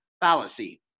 fallacy